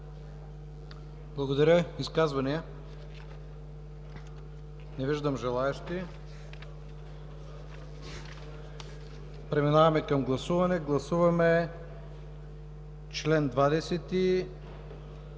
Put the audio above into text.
К. ИВАНОВ: Изказвания? Не виждам желаещи. Преминаваме към гласуване. Гласуваме чл. 20